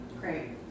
Great